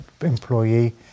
employee